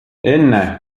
enne